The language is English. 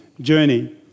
journey